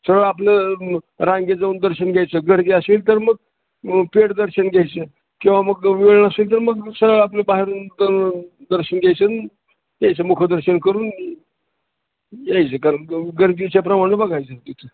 सरळ आपलं रांगेत जाऊन दर्शन घ्यायचं गर्दीे असेल तर मग पेड दर्शन घ्यायचं किंवा मग वेळ असेल तर मग सगळं आपलं बाहेरून दर्शन घ्यायचं याचं मुखदर्शन करून यायचं ग गर्दीेचे प्रमाण बघायचं तिथं